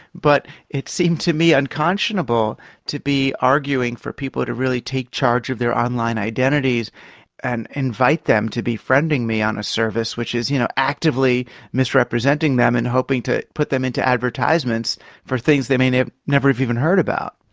but it seemed to me unconscionable to be arguing for people to really take charge of their online identities and invite them to be friending me on a service which you know actively misrepresenting them and hoping to put them into advertisements for things they may never have even heard about.